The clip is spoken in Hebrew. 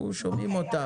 אנחנו שומעים אותה.